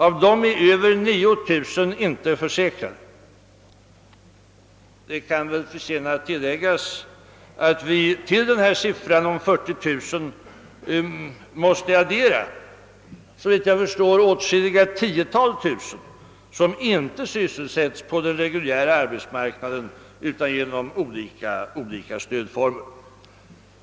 Av dem är över 9 000 inte försäkrade. Det kan förtjäna tilläggas att vi till denna siffra om 40 000 egentligen måste addera åtskilliga tiotal tusen, som inte sysselsätts på den reguljära arbetsmarknaden utan genom olika stödformer.